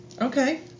Okay